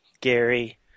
Gary